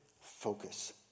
focus